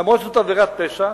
אף-על-פי שזאת עבירת פשע,